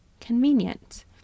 convenient